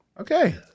Okay